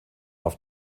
auf